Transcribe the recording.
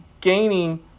gaining